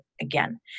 again